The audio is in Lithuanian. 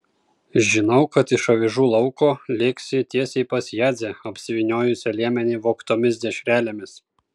žinau kad iš avižų lauko lėksi tiesiai pas jadzę apsivyniojusią liemenį vogtomis dešrelėmis